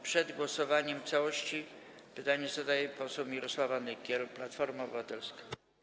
Przed głosowaniem nad całością pytanie zada poseł Mirosława Nykiel, Platforma Obywatelska.